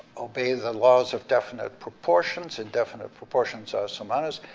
obey the laws of definite proportions, indefinite proportions are some others.